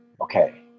Okay